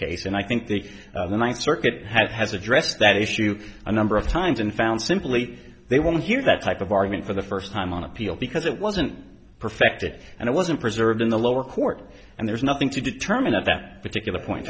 case and i think the ninth circuit has addressed that issue a number of times and found simply they want to hear that type of argument for the first time on appeal because it wasn't perfected and it wasn't preserved in the lower court and there's nothing to determine at that particular point